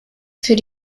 für